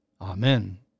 Amen